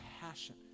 passion